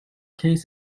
case